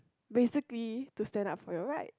basically to stand up for your right